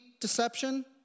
Deception